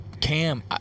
cam